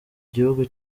gihugu